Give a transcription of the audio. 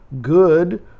good